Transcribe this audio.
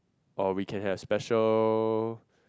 or we can have special